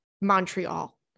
Montreal